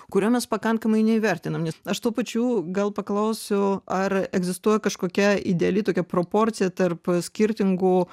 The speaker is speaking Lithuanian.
kurio mes pakankamai neįvertinam nes aš tuo pačiu gal paklausiu ar egzistuoja kažkokia ideali tokia proporcija tarp skirtingų